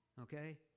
okay